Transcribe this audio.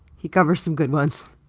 he covers some good ones.